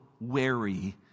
wary